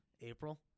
April